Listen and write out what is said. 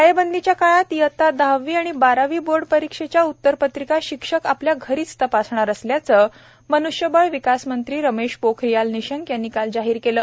टाळेबंदीच्या काळात इयत्ता दहावी आणि बारावी बोर्ड परीक्षेच्या उत्तरपत्रिका शिक्षक आपल्या घरीच तपासणार असल्याचं मानव संसाधन मंत्री रमेश पोखरियाल निशंक यांनी काल जाहीर केलं